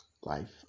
life